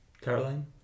Caroline